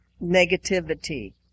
negativity